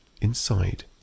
inside